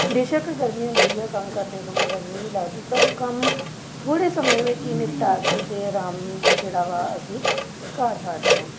ਬੇਸ਼ੱਕ ਗਰਮੀ ਹੁੰਦੀ ਆ ਕੰਮ ਕਰਦੇ ਸਮੇਂ ਗਰਮੀ ਵੀ ਲੱਗਦੀ ਪਰ ਉਹ ਕੰਮ ਥੋੜ੍ਹੇ ਸਮੇਂ ਵਿੱਚ ਹੀ ਨਿਪਟਾ ਕੇ ਅਤੇ ਆਰਾਮ ਜਿਹੜਾ ਵਾ ਅਸੀਂ ਕਰ ਸਕਦੇ ਹਾਂ